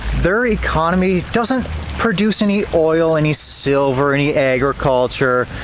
their economy doesn't produce any oil, any silver, any agriculture,